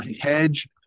hedge